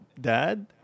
dad